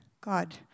God